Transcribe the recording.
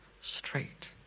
straight